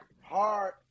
hard